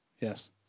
Yes